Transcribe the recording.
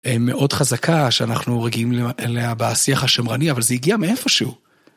מאוד חזקה שאנחנו רגילים אליה בשיח השמרני, אבל זה הגיע מאיפשהו.